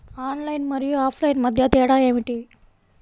Online మరియు offline మధ్య తేడా ఏమిటీ?